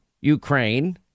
ukraine